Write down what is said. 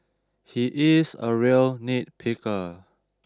he is a real nitpicker